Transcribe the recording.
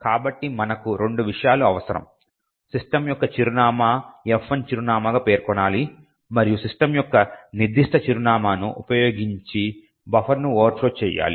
కాబట్టి మనకు రెండు విషయాలు అవసరమ system యొక్క చిరునామాను F1 చిరునామాగా పేర్కొనాలి మరియు system యొక్క నిర్దిష్ట చిరునామాను ఉపయోగించి బఫర్ను ఓవర్ఫ్లో చేయాలి